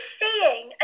seeing